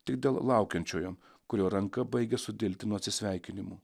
tik dėl laukiančiojo kurio ranka baigia sudilti nuo atsisveikinimų